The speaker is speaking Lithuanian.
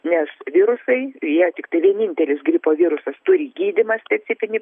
nes virusai jie tiktai vienintelis gripo virusas turi gydymą specifinį